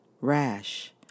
rash